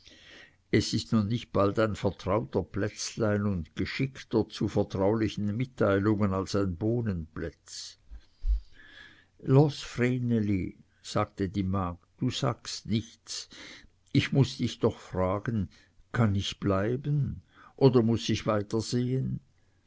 es ist nun nicht bald ein vertrauter plätzlein und geschickter zu vertraulichen mitteilungen als ein bohnenplätz los vreneli sagte die magd du sagst nichts ich muß dich doch fragen kann ich bleiben oder muß ich